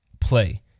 play